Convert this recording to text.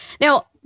Now